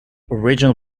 original